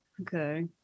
Okay